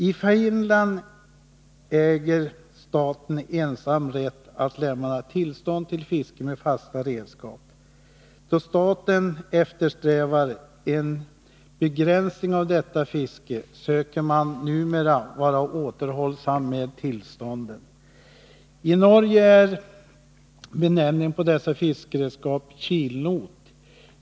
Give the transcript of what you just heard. I Finland äger staten ensam rätt att lämna tillstånd till fiske med fasta redskap. Då staten eftersträvar en begränsning av detta fiske söker man numera vara återhållsam med tillstånden. I Norge är benämningen på dessa fiskredskap kilnot.